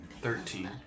Thirteen